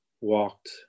walked